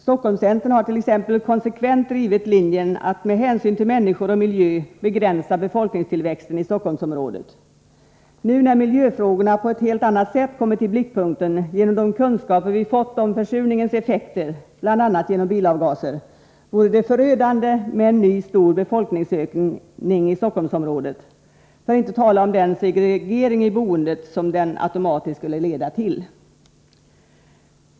Stockholmscentern har t.ex. konsekvent drivit linjen att med hänsyn till människor och miljö begränsa befolkningstillväxten i Stockholmsområdet. Nu, när miljöfrågorna på ett helt annat sätt kommit i blickpunkten genom de kunskaper vi fått om försurningens effekter —- bl.a. på grund av bilavgaser — vore det förödande med en ny, stor befolkningsökning i Stockholmsområdet, för att inte tala om den segregering i boendet som en sådan automatiskt skulle leda till.